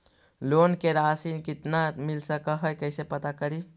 Loan के रासि कितना मिल सक है कैसे पता करी?